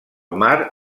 mar